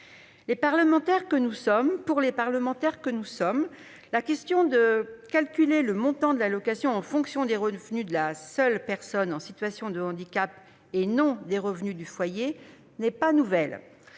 Pour les parlementaires que nous sommes, la question du calcul du montant de l'allocation en fonction des revenus de la seule personne en situation de handicap, et non pas des revenus du foyer, n'est pas nouvelle.